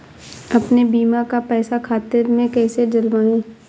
अपने बीमा का पैसा खाते में कैसे डलवाए?